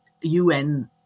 UN